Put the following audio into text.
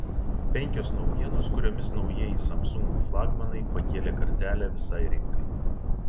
penkios naujienos kuriomis naujieji samsung flagmanai pakėlė kartelę visai rinkai